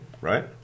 right